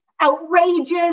outrageous